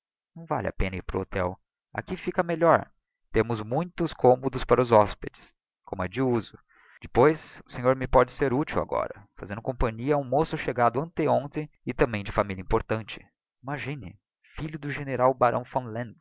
não vale a pena ir para o hotel aqui fica melhor temos muitos commodos para hospedes como é de uso depois o senhor me pode ser útil agora fazendo companhia a um moço chegado antehontem ej também de familia importante imagine filho do general barão